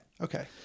Okay